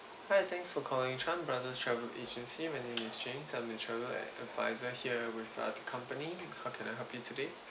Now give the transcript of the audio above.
hi thanks for calling chan brothers travel agency my name is james I am the travel advisor here with the company how can I help you today